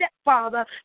stepfather